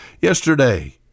Yesterday